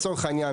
לצורך העניין,